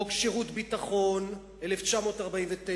חוק שירות ביטחון, 1949,